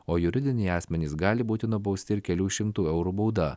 o juridiniai asmenys gali būti nubausti ir kelių šimtų eurų bauda